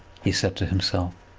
he said to himself.